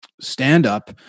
stand-up